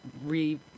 re